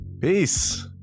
Peace